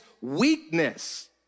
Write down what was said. weakness